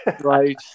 Right